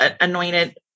anointed